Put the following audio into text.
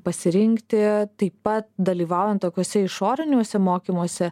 pasirinkti taip pat dalyvaujant tokiuose išoriniuose mokymuose